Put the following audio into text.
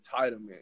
entitlement